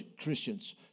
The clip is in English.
Christians